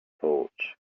torch